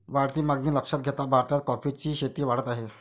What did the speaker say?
वाढती मागणी लक्षात घेता भारतात कॉफीची शेती वाढत आहे